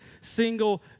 single